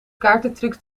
kaartentrucs